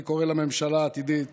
אני קורא לממשלה העתידית